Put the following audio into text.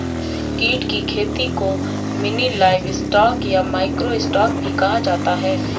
कीट की खेती को मिनी लाइवस्टॉक या माइक्रो स्टॉक भी कहा जाता है